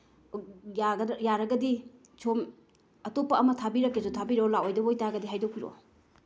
ꯌꯥꯔꯒꯗꯤ ꯁꯣꯝ ꯑꯇꯣꯞꯄ ꯑꯃ ꯊꯥꯕꯤꯔꯛꯀꯦꯁꯨ ꯊꯥꯕꯤꯔꯛꯑꯣ ꯂꯥꯛꯑꯣꯏꯗꯕ ꯑꯣꯏ ꯇꯥꯔꯒꯗꯤ ꯍꯥꯏꯗꯣꯛꯄꯤꯔꯛꯑꯣ